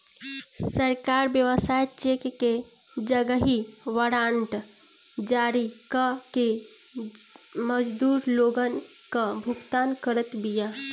सरकार व्यवसाय चेक के जगही वारंट जारी कअ के मजदूर लोगन कअ भुगतान करत बिया